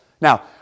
Now